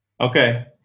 Okay